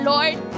Lord